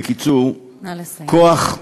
בקיצור, כוח,